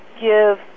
give